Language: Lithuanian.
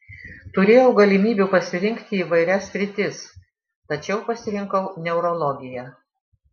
turėjau galimybių pasirinkti įvairias sritis tačiau pasirinkau neurologiją